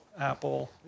Apple